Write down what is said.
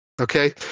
Okay